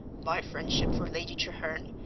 my friendship for lady treherne,